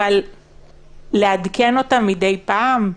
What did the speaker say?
אבל לעדכן אותם מדי פעם?